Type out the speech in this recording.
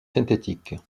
synthétiques